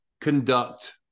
conduct